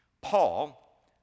Paul